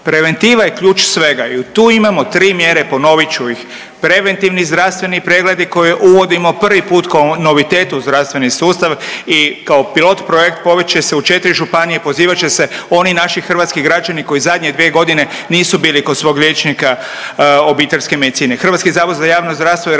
Preventiva je ključ svega i tu imamo 3 mjere. Ponovit ću ih, preventivni zdravstveni pregledi koje uvodimo prvi put ko novitet u zdravstveni sustav i kao pilot projekt provest će se u 4 županije. Pozivat će se oni naši hrvatski građani koji zadnje 2 godine nisu bili kod svog liječnika obiteljske medicine.